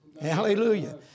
Hallelujah